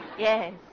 Yes